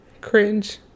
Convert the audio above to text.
Cringe